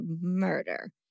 murder